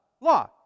law